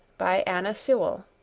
by anna sewell